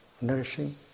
nourishing